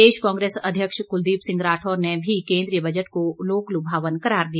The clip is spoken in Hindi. प्रदेश कांग्रेस अध्यक्ष कुलदीप सिंह राठौर ने भी केन्द्रीय बजट को लोक लुभावन करार दिया